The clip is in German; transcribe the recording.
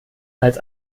als